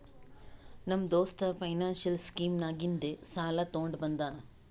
ನಮ್ಮ ದೋಸ್ತ financial scheme ನಾಗಿಂದೆ ಸಾಲ ತೊಂಡ ಬಂದಾನ್